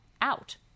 out